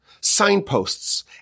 signposts